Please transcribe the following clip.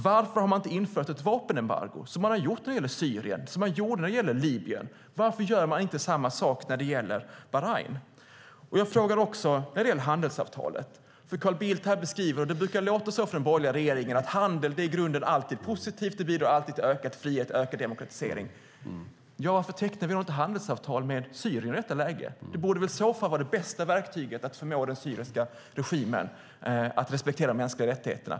Varför har man inte infört ett vapenembargo som man gjorde mot Syrien och Libyen? Varför gör man inte samma sak mot Bahrain? När det gäller handelsavtalet brukar Carl Bildt och den borgerliga regeringen säga att handel alltid är positivt och leder till ökad frihet och demokratisering. Varför tecknar vi då inte handelsavtal med Syrien i detta läge? Det borde väl i så fall vara det bästa verktyget för att förmå den syriska regimen att respektera de mänskliga rättigheterna?